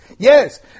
Yes